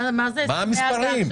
מה המספרים?